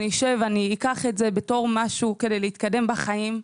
אני אשב ואני אקח את זה בתור משהו כדי להתקדם בחיים.